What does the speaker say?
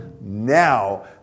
Now